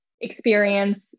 experience